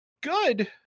good